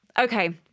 Okay